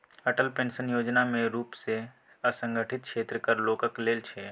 Atal pension योजना मेन रुप सँ असंगठित क्षेत्र केर लोकक लेल छै